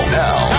now